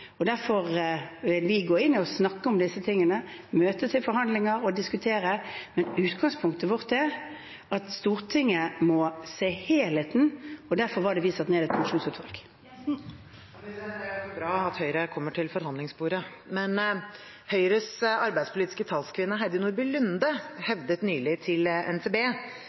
Derfor vil vi gå inn og snakke om disse tingene, møte til forhandlinger og diskutere, men utgangspunktet vårt er at Stortinget må se helheten, og derfor var det vi satte ned et pensjonsutvalg. Det blir oppfølgingsspørsmål – først Siv Jensen. Det er i hvert fall bra at Høyre kommer til forhandlingsbordet. Men Høyres arbeidspolitiske talskvinne, Heidi Nordby Lunde, hevdet nylig